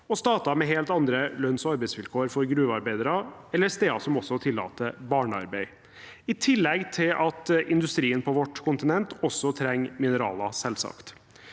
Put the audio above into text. og stater med helt andre lønns- og arbeidsvilkår for gruvearbeidere eller steder som også tillater barnearbeid, i tillegg til at industrien på vårt kontinent også trenger mineraler, selvsagt.